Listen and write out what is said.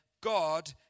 God